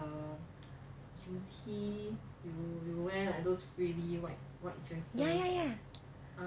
ya ya ya